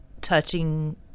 touching